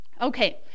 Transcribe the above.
Okay